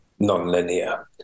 nonlinear